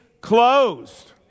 closed